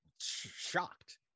shocked